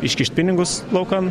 iškišt pinigus laukan